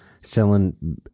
selling